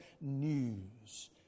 news